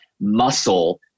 muscle